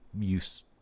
use